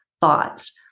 thoughts